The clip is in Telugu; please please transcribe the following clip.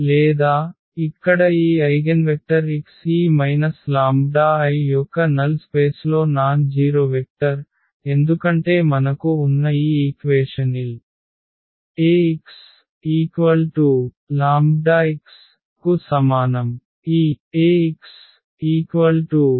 లేదా ఇక్కడ ఈ ఐగెన్వెక్టర్ x ఈ మైనస్ లాంబ్డా I యొక్క నల్ స్పేస్లో నాన్ జీరొ వెక్టర్ ఎందుకంటే మనకు ఉన్న ఈ ఈక్వేషన్ l Axλx కు సమానం